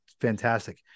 fantastic